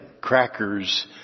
crackers